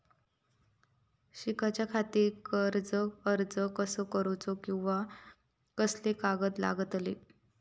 शिकाच्याखाती कर्ज अर्ज कसो करुचो कीवा कसले कागद लागतले?